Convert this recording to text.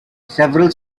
several